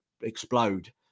explode